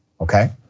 okay